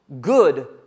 good